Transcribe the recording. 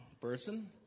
person